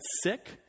sick